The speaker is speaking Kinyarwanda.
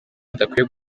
adakwiye